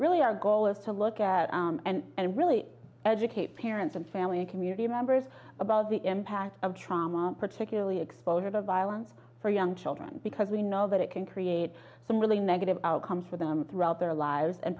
really our goal is to look and and really educate parents and family and community members about the impact of trauma particularly exposure to violence for young children because we know that it can create some really negative outcomes for them throughout their lives and